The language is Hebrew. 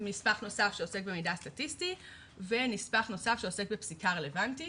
נספח נוסף שעוסק במידע סטטיסטי ונספח נוסף שעוסק בפסיקה רלוונטית.